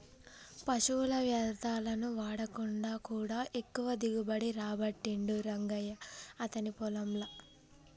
పశువుల వ్యర్ధాలను వాడకుండా కూడా ఎక్కువ దిగుబడి రాబట్టిండు రంగయ్య అతని పొలం ల